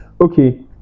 okay